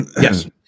Yes